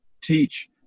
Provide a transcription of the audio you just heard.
teach